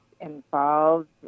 involved